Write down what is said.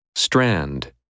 Strand